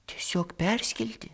tiesiog perskilti